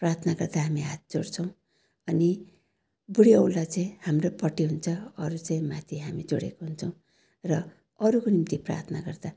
प्रार्थना गर्दा हामी हात जोड्छौँ अनि बुढी औँला चाहिँ हाम्रोपट्टि हुन्छ अरू चाहिँ माथि हामी जोडेको हुन्छौँ र अरूको निम्ति प्रार्थना गर्दा